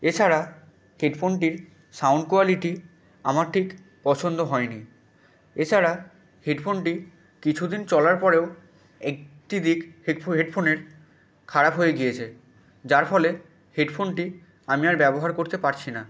এছাড়া হেডফোনটির sound quality আমার ঠিক পছন্দ হয়নি এছাড়া হেডফোনটি কিছুদিন চলার পরেও একটি দিক হেডফো হেডফোনের খারাপ হয়ে গিয়েছে যার ফলে হেডফোনটি আমি আর ব্যবহার করতে পারছি না